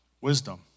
wisdom